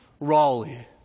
Raleigh